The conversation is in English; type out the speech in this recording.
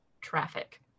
traffic